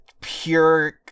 pure